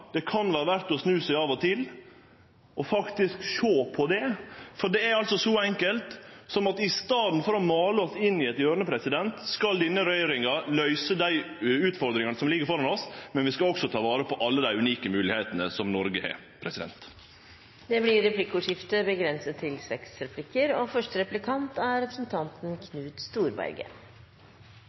det kan vere verdt å snu seg av og til og faktisk sjå på ho, for det er altså så enkelt som at i staden for å male seg inn i eit hjørne, skal denne regjeringa løyse dei utfordringane som ligg føre oss, men vi skal òg ta vare på alle dei unike moglegheitene som Noreg har. Det blir replikkordskifte. Jeg er glad for at landbruksministeren snakker om treffsikkerhet i næringspolitikken. Og